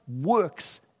works